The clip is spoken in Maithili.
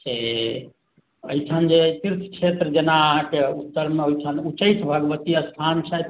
से एहिठाम जे सिर्फ क्षेत्र जेना अहाँकेँ उत्तरमे ओहिठाम उच्चैठ भगवती स्थान छथि